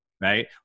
Right